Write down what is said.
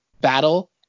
battle